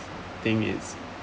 think is